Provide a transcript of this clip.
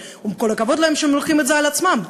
כל הכבוד להם שהם לוקחים את זה על עצמם,